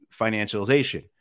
financialization